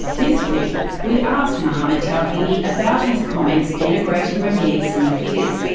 this week we asked mohammad tawhidi about his comments denigrating revered sunni figures.